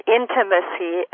intimacy